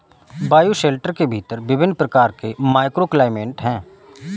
bioshelter के भीतर विभिन्न प्रकार के माइक्रोक्लाइमेट हैं